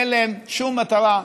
אין להם שום מטרה,